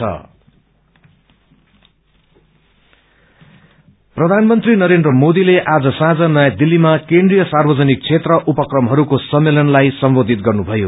PM एड प्रधानमन्त्री नरेन्द्र मोदीले आज साँझ नयाँ दिल्लीमा केन्द्रीय सार्वजनिक क्षेत्र उपक्रमहरूको सम्मेलनलाई सम्बोधित गर्नुभयो